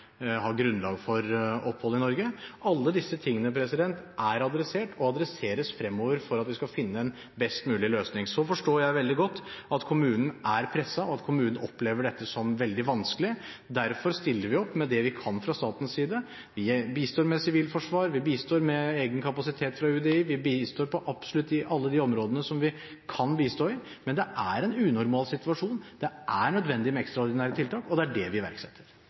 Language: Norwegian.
grunnlag for opphold i Norge. Alt dette er adressert, og adresseres fremover, for at vi skal finne en best mulig løsning. Så forstår jeg veldig godt at kommunen er presset, og at kommunen opplever dette som veldig vanskelig. Derfor stiller vi opp med det vi kan fra statens side. Vi bistår med sivilforsvar, vi bistår med egen kapasitet fra UDI, vi bistår på absolutt alle de områdene der vi kan bistå. Men det er en unormal situasjon, det er nødvendig med ekstraordinære tiltak, og det er det vi iverksetter.